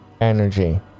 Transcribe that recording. energy